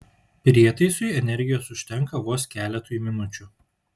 prietaisui energijos užtenka vos keletui minučių